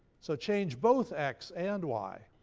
so change both x and y.